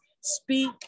speak